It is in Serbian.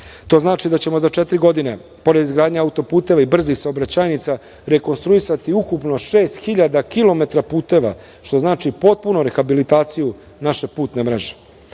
To znači da ćemo za četiri godine, pored izgradnje autoputeva i brzih saobraćajnica, rekonstruisati ukupno 6000 kilometra puteva, što znači potpuno rehabilitaciju naše putne mreže. Kao